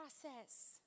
process